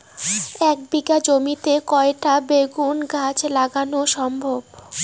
এক বিঘা জমিতে কয়টা বেগুন গাছ লাগানো সম্ভব?